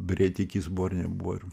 brėdikis buvo ar nebuvo ir